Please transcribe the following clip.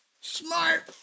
smart